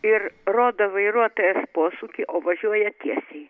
ir rodo vairuotojas posūkį o važiuoja tiesiai